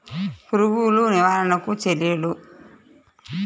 పురుగులు నివారణకు చర్యలు?